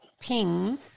ping